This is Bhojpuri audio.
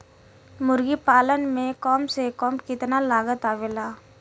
मुर्गी पालन में कम से कम कितना लागत आवेला?